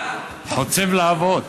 חוצב להבות.